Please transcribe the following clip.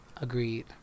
Agreed